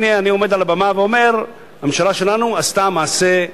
הנה אני עומד על הבמה ואומר: הממשלה שלנו עשתה מעשה,